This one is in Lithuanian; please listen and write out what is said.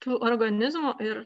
tų organizmų ir